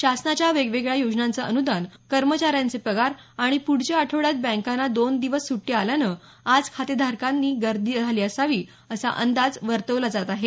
शासनाच्या वेगवेगळ्या योजनांचं अनुदान कर्मचाऱ्यांचे पगार आणि पुढच्या आठवड्यात बँकांना दोन दिवस सुटी आल्यानं आज खातेधारकांची गर्दी झाली असावी असा अंदाज वर्तवला जात आहे